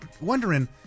wondering